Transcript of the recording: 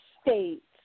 states